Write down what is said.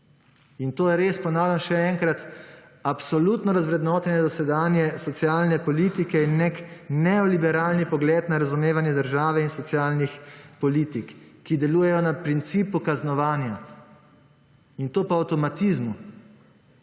in to je res – ponavljam še enkrat – absolutno razvrednotenje dosedanje socialne politike in neki neoliberalni pogled na razumevanje države in socialnih politik, ki delujejo na principu kaznovanja in to po avtomatizmu.